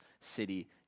city